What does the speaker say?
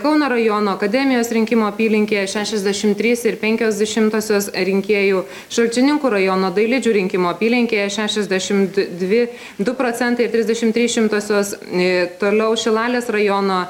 kauno rajono akademijos rinkimų apylinkėje šešiasdešimt trys ir penkios šimtosios rinkėjų šalčininkų rajono dailidžių rinkimų apylinkėje šešiasdešimt dvi du procentai ir trisdešimt trys šimtosios toliau šilalės rajono